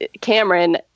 Cameron